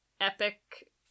epic